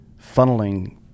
funneling